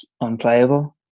unplayable